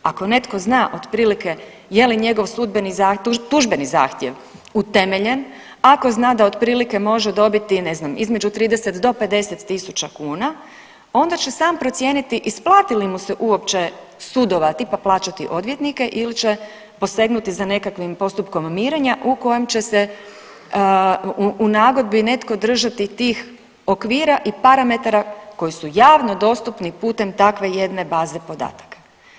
Ako netko zna otprilike je li njegov tužbeni zahtjev utemeljen, ako zna da otprilike može dobiti ne znam između 30 do 50 tisuća kuna onda će sam procijeniti isplati li mu se uopće sudovati, pa plaćati odvjetnike ili će posegnuti za nekakvim postupkom mirenja u kojem će se u nagodbi netko držati tih okvira i parametara koji su javno dostupni putem takve jedne baze podataka.